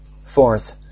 Fourth